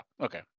okay